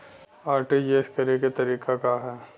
RTGS करे के तरीका का हैं?